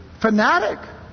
fanatic